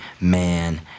man